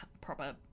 proper